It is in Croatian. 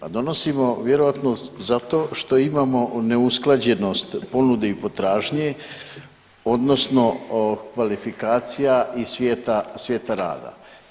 Pa donosimo vjerojatno zato što imamo neusklađenost ponude i potražnje odnosno kvalifikacija iz svijeta rada.